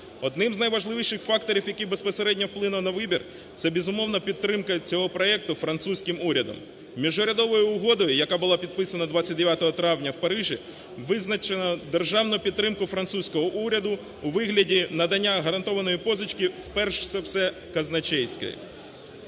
Одним з найважливіших факторів, який безпосередньо вплинув на вибір, це безумовно, підтримка цього проекту французьким урядом. Міжурядовою угодою, яка була підписана 29 травня в Парижі, визначена державна підтримка французького уряду у вигляді надання гарантованої позички перш за все казначейської.